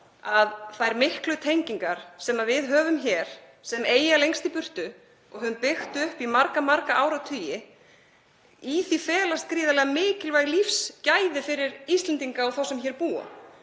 að þær miklu tengingar sem við höfum hér sem eyja lengst í burtu og höfum byggt upp í marga áratugi feli í sér gríðarlega mikilvæg lífsgæði fyrir Íslendinga og þá sem hér búa.